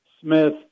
Smith